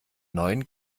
neun